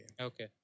Okay